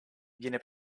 viene